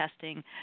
testing